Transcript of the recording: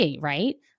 right